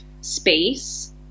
space